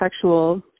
sexual